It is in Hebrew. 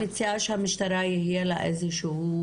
כלומר את מציעה שלמשטרה תהיה איזה שהיא